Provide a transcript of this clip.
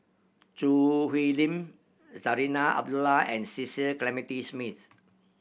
Choo Hwee Lim Zarinah Abdullah and Cecil Clementi Smith